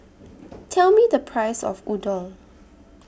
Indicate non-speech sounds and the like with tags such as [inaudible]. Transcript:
[noise] Tell Me The Price of Udon